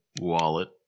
wallet